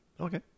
Okay